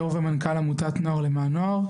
יושב-ראש ומנכ"ל עמותת "נוער למען נוער",